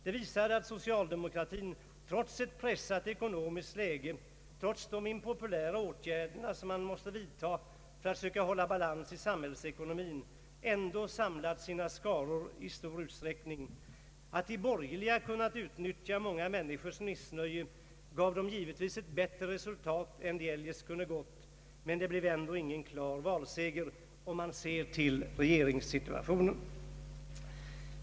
Det visar att socialdemokratin trots ett pressat ekonomiskt läge och trots de impopulära ågärder man måste vidta för att söka hålla balans i samhällsekonomin ändå har samlat sina skaror i stor utsträckning. Att de borgerliga har kunnat utnyttja många människors missnöje gav dem givetvis ett bättre resultat än de eljest skulle ha fått, men det blev ändå inte någon klar valseger om man ser till regeringssituationen.